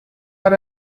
are